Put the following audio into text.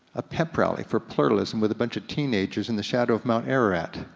a pep rally for pluralism with a bunch of teenagers in the shadow of mount ararat.